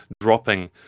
dropping